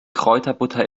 kräuterbutter